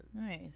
Nice